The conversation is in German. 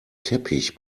teppich